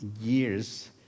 years